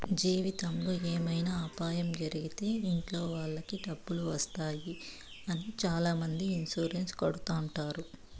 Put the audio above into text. జీవితంలో ఏమైనా అపాయం జరిగితే ఇంట్లో వాళ్ళకి డబ్బులు వస్తాయి అని చాలామంది ఇన్సూరెన్స్ కడుతుంటారు